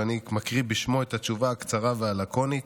ואני מקריא בשמו את התשובה הקצרה והלקונית: